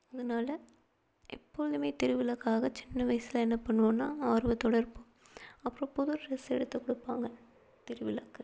அதனால எப்பொழுதுமே திருவிழாக்காக சின்ன வயசில என்ன பண்ணுவோன்னால் ஆர்வத்தோடு இருப்போம் அப்புறம் புது ட்ரெஸ் எடுத்து கொடுப்பாங்க திருவிழாக்கு